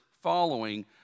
following